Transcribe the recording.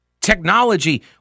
technology